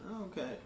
okay